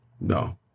No